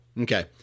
Okay